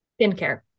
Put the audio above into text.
Skincare